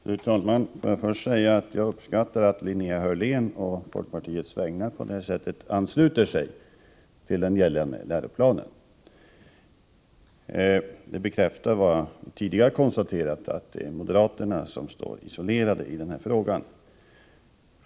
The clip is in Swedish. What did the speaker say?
Fru talman! Jag vill först säga att jag uppskattar att Linnea Hörlén å folkpartiets vägnar ansluter sig till den gällande läroplanen. Det bekräftar vad jag tidigare konstaterat, nämligen att moderaterna står isolerade i den här frågan.